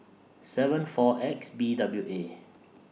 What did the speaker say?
seven four X B W A